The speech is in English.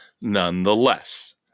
nonetheless